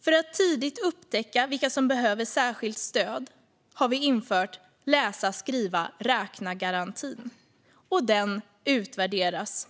För att tidigt upptäcka vilka som behöver särskilt stöd har vi infört läsa-skriva-räkna-garantin. Den utvärderas